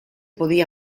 podía